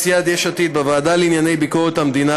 בוועדה לענייני ביקורת המדינה,